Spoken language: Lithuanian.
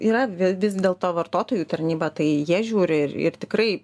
yra vi vis dėlto vartotojų tarnyba tai jie žiūri ir ir tikrai